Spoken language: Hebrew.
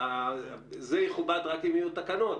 זה יכובד רק אם יהיו תקנות,